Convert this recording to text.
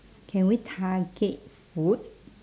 can we target food